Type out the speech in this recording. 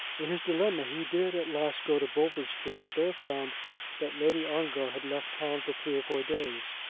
in his dilemma he did at last go to bolton street, and there found that lady ongar had left town for three or four days.